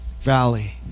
valley